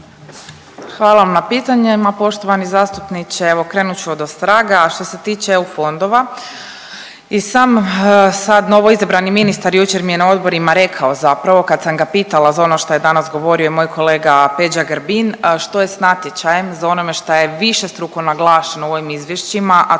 Hvala vam na pitanju. Ma poštovani zastupniče evo krenut ću odostraga, a što se tiče EU fondova i sam sad novoizabrani ministar jučer mi je na odborima rekao zapravo kad sam ga pitala za ono šta je danas govorio moj kolega Peđa Grbin što je s natječajem za onome šta je višestruko naglašeno u ovim izvješćima, a